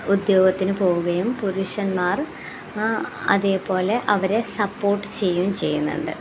ഉദ്യോഗത്തിന് പോവുകയും പുരുഷന്മാർ അതേപോലെ അവരെ സപ്പോർട്ട് ചെയ്യുകയും ചെയ്യുന്നുണ്ട്